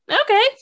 okay